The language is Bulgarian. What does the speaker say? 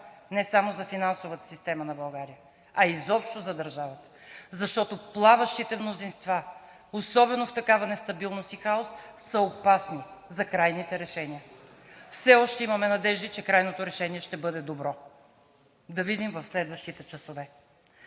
не само за финансовата система на България, а изобщо за държавата, защото плаващите мнозинства, особено в такава нестабилност и хаос, са опасни за крайните решения. Все още имаме надежди, че крайното решение ще бъде добро. Да видим в следващите часове.